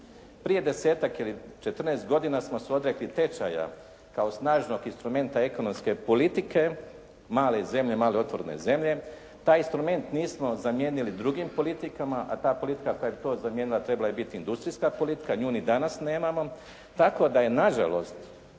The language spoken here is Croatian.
Prije 10-tak ili 14 godina smo se odrekli tečaja kao snažnog instrumenta ekonomske politike, male zemlje, male otvorene zemlje. Taj instrument nismo zamijenili drugim politikama, a ta politika koja bi to zamijenila trebala je biti industrijska politika. Nju ni danas nemamo tako da je nažalost